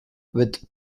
with